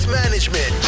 management